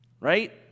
right